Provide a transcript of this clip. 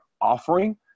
offering